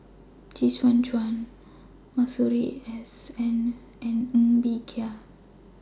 Chee Soon Juan Masuri S N and Ng Bee Kia